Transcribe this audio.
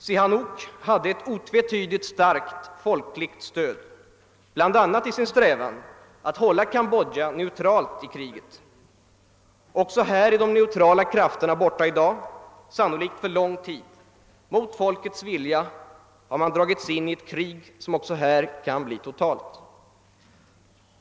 Sihanouk hade ett otvetydigt starkt folkligt stöd, bl.a. i sin strävan att hålla Kambodja neutralt i kriget. Också här är de neutrala krafterna borta i dag, sannolikt för lång tid. Mot folkets vilja har man dragits in i ett krig, som också här kan bli totalt.